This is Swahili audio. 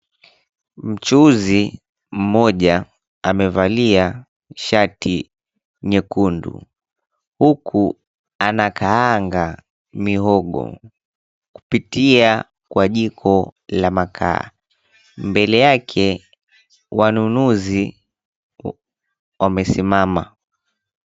Mchuuzi mmoja amevalia shati nyekundu. Huku anakaanga mihogo kupitia kwa jiko la makaa. Mbele yake wanunuzi wamesimama.